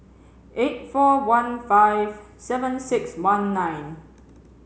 eight four one five seven six one nine